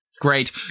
Great